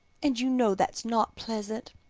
and you know that is not pleasant.